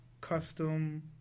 Custom